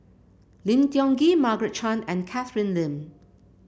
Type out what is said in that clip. Lim Tiong Ghee Margaret Chan and Catherine Lim